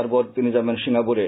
তারপর তিনি যাবেন সিঙ্গাপুরে